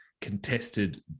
contested